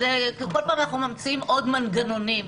כל פעם אנחנו ממציאים עוד מנגנונים.